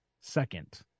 second